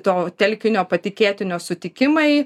to telkinio patikėtinio sutikimai